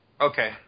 Okay